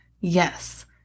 yes